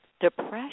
depression